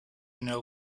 know